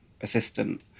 assistant